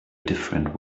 different